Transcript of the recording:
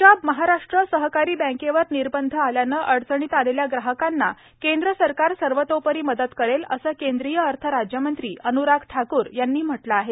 पंजाब महाराष्ट्र सहकारी बँकेवर निर्बंध आल्यानं अडचणीत आलेल्या ग्राहकांना केंद्र सरकार सर्वोतोपरी मदत करेल असं केंद्रीय अर्थ राज्यमंत्री अनुराग ठाकूर यांनी म्हटलं आहे